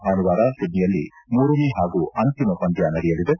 ಭಾನುವಾರ ಸಿಡ್ನಿಯಲ್ಲಿ ಮೂರನೇ ಹಾಗೂ ಅಂತಿಮ ಪಂದ್ದ ನಡೆಯಲಿದೆ